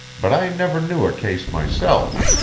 but i never knew a case myself.